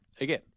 again